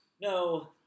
No